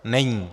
Není.